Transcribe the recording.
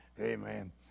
Amen